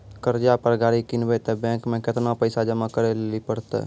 कर्जा पर गाड़ी किनबै तऽ बैंक मे केतना पैसा जमा करे लेली पड़त?